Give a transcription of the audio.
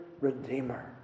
Redeemer